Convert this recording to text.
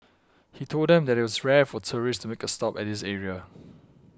he told them that it was rare for tourists to make a stop at this area